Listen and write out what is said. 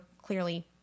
clearly